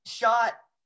shot